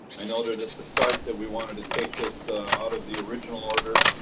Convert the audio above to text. i noted at the start that we wanted to take this out of the original order.